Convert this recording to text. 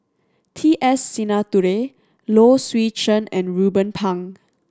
T S Sinnathuray Low Swee Chen and Ruben Pang